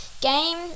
game